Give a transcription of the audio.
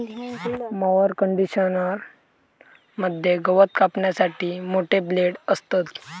mower conditioner मध्ये गवत कापण्यासाठी मोठे ब्लेड असतत